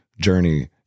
journey